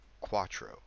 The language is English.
Quattro